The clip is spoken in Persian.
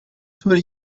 طوری